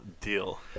deal